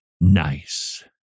nice